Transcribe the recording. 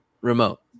remote